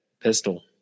pistol